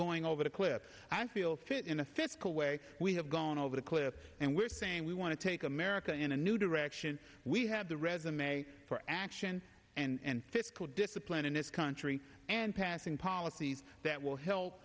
going over the cliff i feel fit in a fiscal way we have gone over the cliff and we're saying we want to take america in a new direction we have the resume for action and fiscal discipline in this country and passing policies that will help